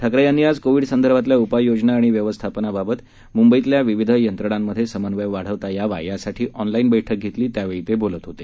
ठाकरे यांनी आज कोविड संदर्भातल्या उपाययोजना आणि व्यवस्थापनाबाबत मुंबईतल्या विविध यंत्रणांमधला समन्वय वाढवता यावा यासाठी ऑनलाईन बैठक घेतली त्यावेळी ते बोलत होते